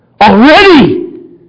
already